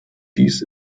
dies